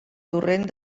torrent